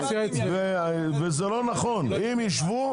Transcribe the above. אם ישבו,